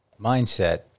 mindset